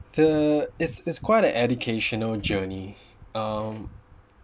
the it's it's quite an educational journey um